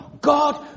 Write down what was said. God